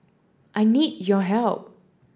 I need your help